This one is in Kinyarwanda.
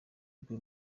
rwe